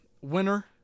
winner